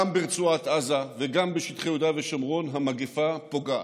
גם ברצועת עזה וגם בשטחי יהודה ושומרון המגפה פוגעת.